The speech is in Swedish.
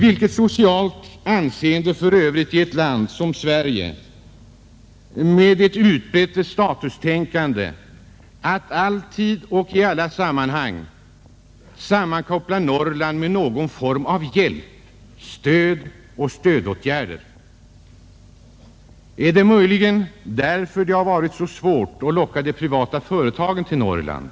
Vilket socialt anseende får för övrigt en landsända i ett land som Sverige med ett utbrett statustänkande, när den alltid och i alla sammanhang sammankopplas med någon form av hjälp, stöd och stödåtgärder? Är det möjligen därför som det har varit så svårt att locka de privata företagen till Norrland?